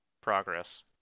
progress